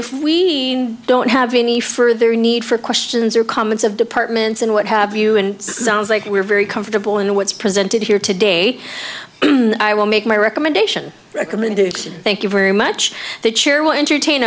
if we don't have any further need for questions or comments of departments a what have you and sounds like we are very comfortable in what's presented here today i will make my recommendation recommended thank you very much the chair will entertain